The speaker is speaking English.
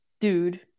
dude